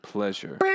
Pleasure